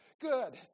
Good